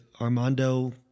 Armando